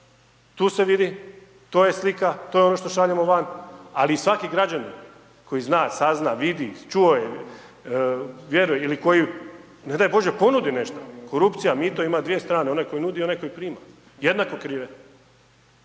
tu se vidi, to je slika, to je ono što šaljemo van, ali i svaki građanin koji zna, sazna, vidi, čuo je, vjeruje ili koji ne daj bože ponudi nešto, korupcija mito ima dvije strane, onaj koji nudi i onaj koji prima, jednako krive,